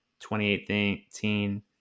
2018